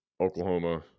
Oklahoma